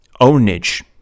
ownage